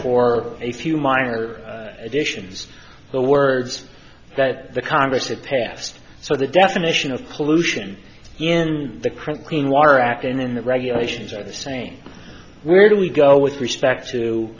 for a few minor additions the words that the congress had passed so the definition of pollution in the current clean water act and in the regulations are the same where do we go with respect to